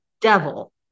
devil